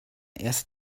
erst